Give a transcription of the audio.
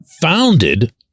founded